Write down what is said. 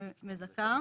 שמזכה.